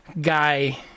guy